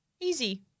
easy